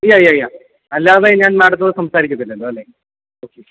യാ yeah yeah അല്ലാതെ ഞാൻ മാഡത്തിനോട് സംസാരിക്കത്തില്ലല്ലോ അല്ലേ ഓക്കേ